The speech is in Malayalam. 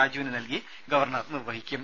രാജുവിന് നൽകി ഗവർണർ നിർവ്വഹിക്കും